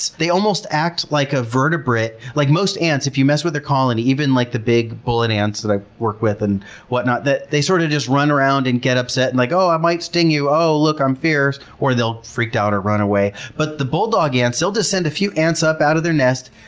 they almost act like a vertebrate. like most ants, if you mess with their hill and even like the big bullet ants that i've worked with and whatnot they sort of just run around and get upset. and like, oh, i might sting you, oh look, i'm fierce, or they'll freak out or run away. but the bulldog ants, they'll just send a few ants up out of their nest.